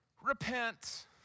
Repent